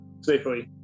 safely